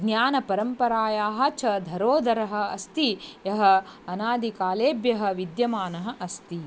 ज्ञानपरम्परायाः च विरोधः अस्ति यः अनादिकालेभ्यः विद्यमानः अस्ति